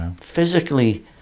Physically